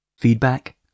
Feedback